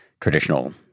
traditional